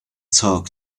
talk